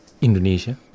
Indonesia